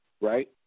right